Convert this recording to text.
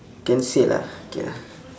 can say lah okay lah